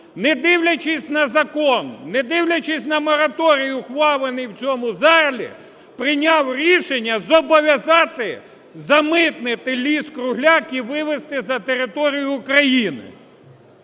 не дивлячись на закон, не дивлячись на мораторій, ухвалений в цьому залі, прийняв рішення зобов'язати замитнити ліс-кругляк і вивести за територію України.